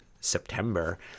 September